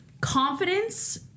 confidence